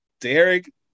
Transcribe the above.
Derek